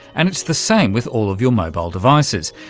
and it's the same with all of your mobile devices.